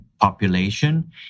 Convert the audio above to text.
population